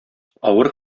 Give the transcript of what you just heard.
авыр